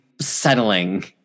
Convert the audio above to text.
settling